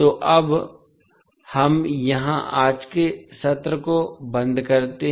तो अब हम यहाँ आज के सत्र को बंद करते हैं